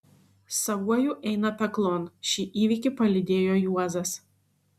savuoju eina peklon šį įvykį palydėjo juozas